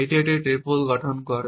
এটি একটি ট্রিপল গঠন করে